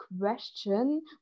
question